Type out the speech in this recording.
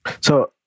So-